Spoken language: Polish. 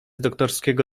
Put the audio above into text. doktorskiego